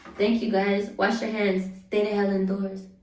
thank you guys wash your hands, stay the hell indoors.